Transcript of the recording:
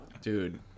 Dude